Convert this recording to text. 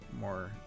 more